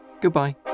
Goodbye